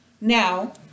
now